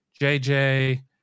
jj